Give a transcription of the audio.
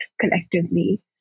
collectively